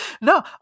no